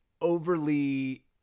overly